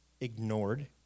ignored